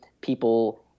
people